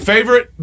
Favorite